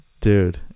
Dude